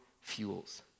fuels